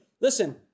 Listen